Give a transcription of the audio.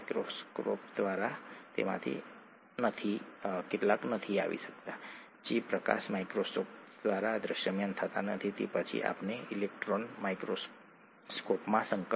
ડીએનએના એક તાંતણાને અહીં આ રીતે જોઇએ ચાલો આપણે અહીં ડીએનએના બીજા સ્ટ્રાન્ડને જોઇએ જે આ પ્રકારના છે